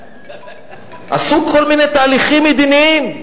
עשו כל מיני תהליכים מדיניים,